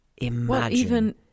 Imagine